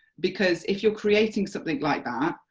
because if you're creating something like that,